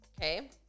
Okay